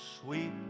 sweet